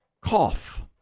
Cough